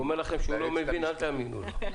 כשהוא אומר לכם שהוא לא מבין, אל תאמינו לו.